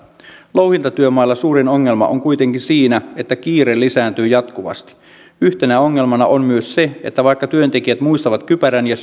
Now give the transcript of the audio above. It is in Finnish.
louhintatyömailla suurin ongelma on kuitenkin siinä että kiire lisääntyy jatkuvasti yhtenä ongelmana on myös se että vaikka työntekijät muistavat kypärän ja